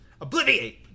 Obliviate